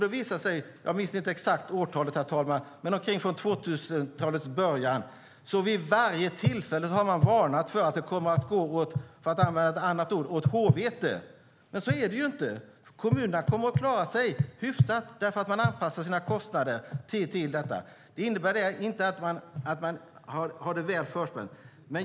Jag minns inte det exakta årtalet, herr talman, men från 2000-talets början har man vid varje tillfälle varnat för att det kommer att gå åt h-vete. Men så är det inte. Kommunerna kommer att klara sig hyfsat eftersom man anpassar sina kostnader till detta. Det innebär inte att man har det väl förspänt.